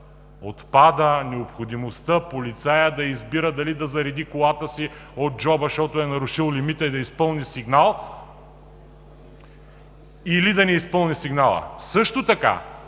Отпада необходимостта полицаят да избира дали да зареди колата си от джоба, защото е нарушил лимита и да изпълни сигнала, или да не изпълни сигнала. Също така